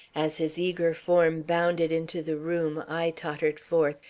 as his eager form bounded into the room i tottered forth,